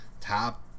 top